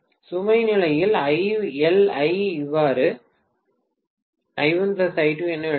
சுமை நிலையில் IL ஐ இவ்வாறு I1I2 என எழுதலாம்